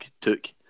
took